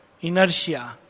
inertia